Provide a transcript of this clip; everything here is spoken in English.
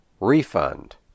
refund